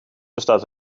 bestaat